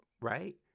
right